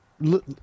Look